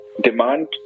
Demand